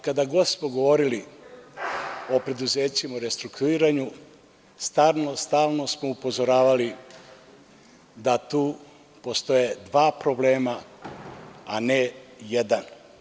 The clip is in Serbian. Kada god smo govorili o preduzećima u restrukturiranju stalno smo upozoravali da tu postoje dva problema, a ne jedan.